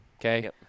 Okay